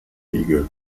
igel